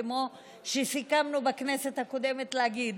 כמו שסיכמנו בכנסת הקודמת להגיד,